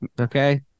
Okay